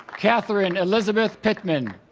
katherine elizabeth pittman